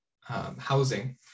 housing